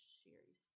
series